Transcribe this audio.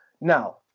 Now